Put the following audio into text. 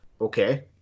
Okay